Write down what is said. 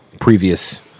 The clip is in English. previous